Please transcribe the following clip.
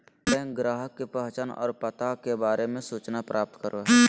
bank ग्राहक के पहचान और पता के बारे में सूचना प्राप्त करो हइ